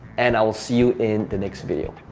and i will see you in the next video.